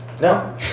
No